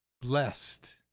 blessed